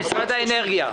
משרד האנרגיה.